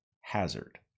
hazard